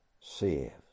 saves